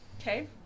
okay